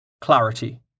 Clarity